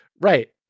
right